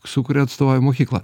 su kuria atstovauji mokyklą